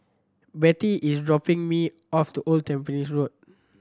Betty is dropping me off to Old Tampines Road